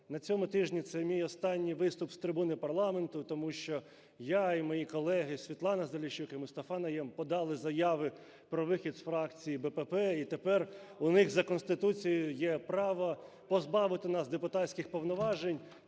на цьому тижні це мій останній виступ з трибуни парламенту, тому що я і мої колеги Світлана Заліщук і Мустафа Найєм подали заяви про вихід з фракції БПП і тепер у них за Конституцією є право позбавити нас депутатських повноважень.